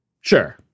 sure